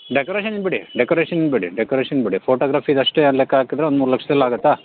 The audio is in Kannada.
ಡೆಕೋರೇಷನ್ದು ಬಿಡಿ ಡೆಕೋರೇಷನ್ ಬಿಡಿ ಡೆಕೋರೇಷನ್ ಬಿಡಿ ಫೋಟೋಗ್ರಫಿದಷ್ಟೇ ಲೆಕ್ಕ ಹಾಕದ್ರೆ ಒಂದು ಮೂರು ಲಕ್ಷದಲ್ಲಿ ಆಗುತ್ತಾ